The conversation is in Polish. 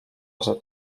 zero